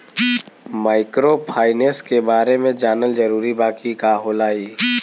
Microfinance के बारे में जानल जरूरी बा की का होला ई?